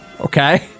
Okay